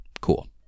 Cool